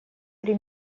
три